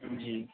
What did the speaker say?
جی